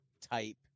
type